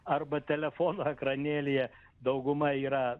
arba telefono ekranėlyje dauguma yra